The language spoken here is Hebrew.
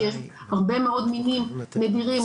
שיש הרבה מאוד מינים נדירים,